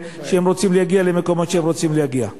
כשהם רוצים להגיע למקום שהם רוצים להגיע אליו.